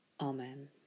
Amen